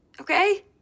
okay